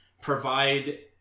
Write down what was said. Provide